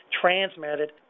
transmitted